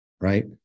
right